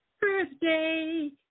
birthday